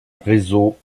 réseau